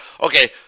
okay